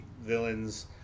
villains